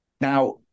Now